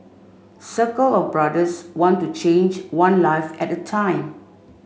circle of brothers want to change one life at time